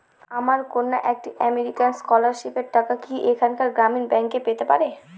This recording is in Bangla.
আমার কন্যা একটি আমেরিকান স্কলারশিপের টাকা কি এখানকার গ্রামীণ ব্যাংকে পেতে পারে?